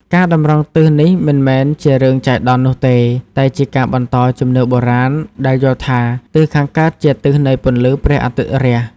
ការតម្រង់ទិសនេះមិនមែនជារឿងចៃដន្យនោះទេ តែជាការបន្តជំនឿបុរាណដែលយល់ថា ទិសខាងកើតជាទិសនៃពន្លឺព្រះអាទិត្យរះ។